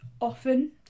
often